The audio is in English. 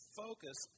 focus